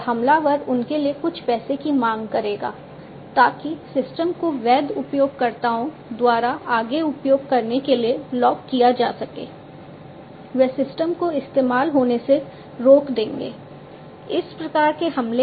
तो ransomware प्रकार का हमला